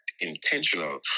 intentional